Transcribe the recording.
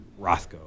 Rothko